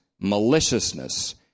maliciousness